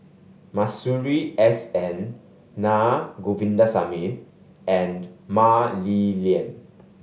Masuri S N Naa Govindasamy and Mah Li Lian